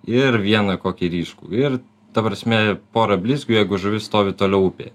ir vieną kokį ryškų ir ta prasme porą blizgių jeigu žuvis stovi toliau upėje